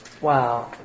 Wow